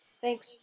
Thanks